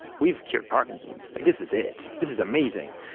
we've cured parkinson's. like this is it. this is amazing.